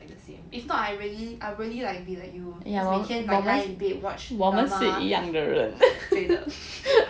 like the same if not I really I really like be like you 我每天 lie in bed watch drama 对的